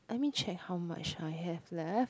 let me check how much I have left